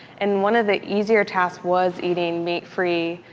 and one of the easier tasks was eating meat free.